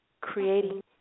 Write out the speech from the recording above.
Creating